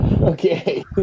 Okay